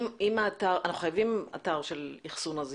אנחנו חייבים אתר של אחסון תזקיקים.